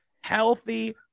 healthy